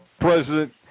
president